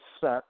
set